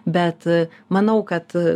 bet manau kad